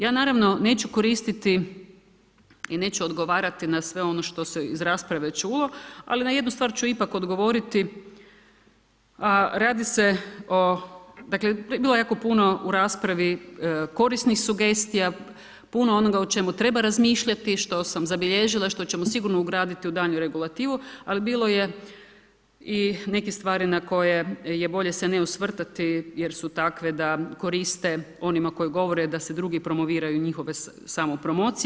Ja naravno neću koristiti i neću odgovarati na sve ono što se iz rasprave čulo, ali na jednu stvar ću ipak odgovoriti, a radi se o, dakle bilo je jako puno u raspravi korisnih sugestija, puno onoga o čemu treba razmišljati, što sam zabilježila, što ćemo sigurno ugraditi u daljnju regulativu, ali bilo je i nekih stvari na koje je bolje se ne osvrtati jer su takve da koriste onima koji govore da se drugi promoviraju u njihove samopromocije.